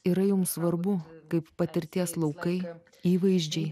yra jums svarbu kaip patirties laukai įvaizdžiai